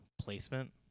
Placement